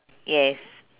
yes